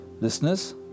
Listeners